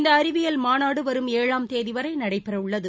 இந்த அறிவியல் மாநாடு வரும் ஏழாம் தேதி வரை நடைபெறவுள்ளது